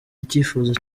icyifuzo